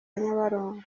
nyabarongo